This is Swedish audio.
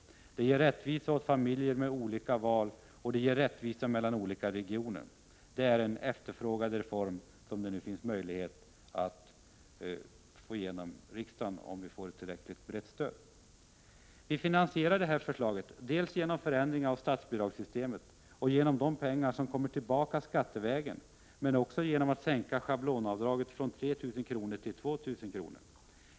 Det ger rättvisa åt familjer att det finns olika val, och förslaget ger rättvisa åt olika regioner. Detta är en efterfrågad reform, som det nu finns möjlighet att få igenom i riksdagen om vi får ett tillräckligt brett stöd. Vi finansierar det här förslaget dels genom förändringar av statsbidragssystemet och genom de pengar som kommer tillbaka skattevägen, dels genom att sänka schablonavdraget från 3 000 till 2 000 kr.